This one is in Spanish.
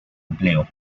empleo